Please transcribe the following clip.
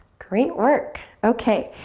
great work. okay,